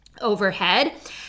overhead